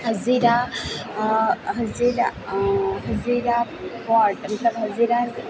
હઝીરા અ હઝીરા હઝીરા પોર્ટ મતલબ હઝીરા